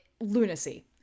lunacy